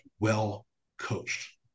well-coached